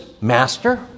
Master